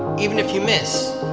even if you miss,